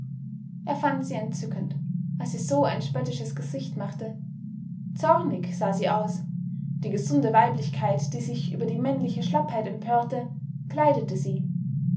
er fand sie entzückend als sie so ein spöttisches gesicht machte zornig sah sie aus die gesunde weiblichkeit die sich über die männliche schlappheit empörte kleidete sie